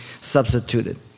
substituted